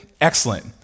excellent